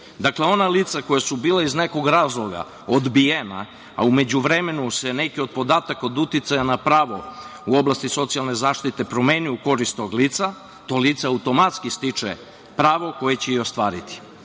Dakle, ona lica koja su bila iz nekog razloga odbijena, a u međuvremenu se neki od podataka od uticaja na pravo u oblasti socijalne zaštite promene u korist tog lica, to lice automatski stiče pravo koje će i ostvariti. Druga